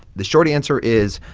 the short answer is,